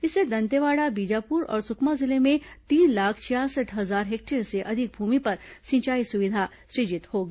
इससे दंतेवाड़ा बीजापुर और सुकमा जिले में तीन लाख छियासठ हजार हेक्टेयर से अधिक भूमि पर सिंचाई सुविधा सुजित होगी